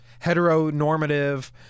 heteronormative